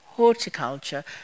horticulture